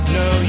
no